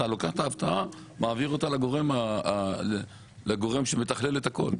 אתה לוקח את ההפתעה ומעביר אותה לגורם שמתכלל את הכול.